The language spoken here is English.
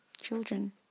children